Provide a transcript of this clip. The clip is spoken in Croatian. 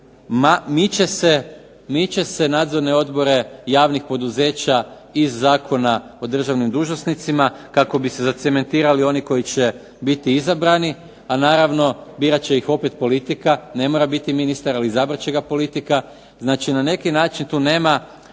miče se nadzorne odbore javnih poduzeća iz Zakona o državnim dužnosnicima kako bi se zacementirali oni koji će biti izabrani. A naravno birat će ih opet politika. Ne mora biti ministar, ali izabrat će ga politika. Znači, na neki način tu nema